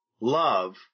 love